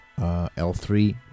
L3